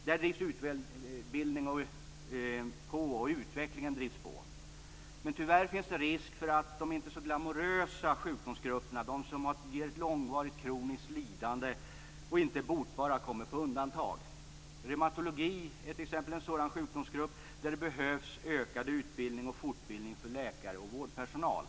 Där drivs utbildningen och utvecklingen på. Men tyvärr finns det risk för att de sjukdomsgrupper som inte är så glamourösa, de som ger ett långvarigt kroniskt lidande och inte är botbara, kommer på undantag. Reumatologiska sjukdomar är t.ex. en sjukdomsgrupp där det behövs ökad utbildning och fortbildning för läkare och vårdpersonal.